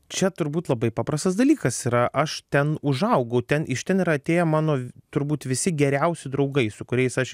čia turbūt labai paprastas dalykas yra aš ten užaugau ten iš ten yra atėję mano turbūt visi geriausi draugai su kuriais aš